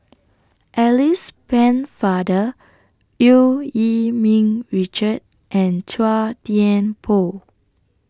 Alice Pennefather EU Yee Ming Richard and Chua Thian Poh